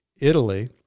Italy